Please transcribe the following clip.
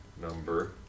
number